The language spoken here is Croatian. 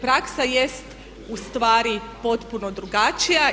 Praksa jest ustvari potpuno drugačija.